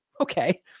Okay